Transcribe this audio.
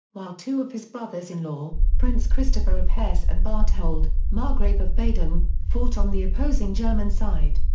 while two of his brothers-in-law, prince christopher of hesse and berthold, margrave of baden, fought on the opposing german side.